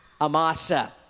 Amasa